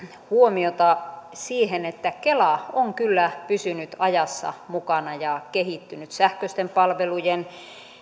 huomiota siihen että kela on kyllä pysynyt ajassa mukana ja kehittynyt sähköisten palvelujen